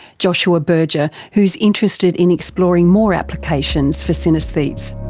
joshua berger, who's interested in exploring more applications for synaesthetes.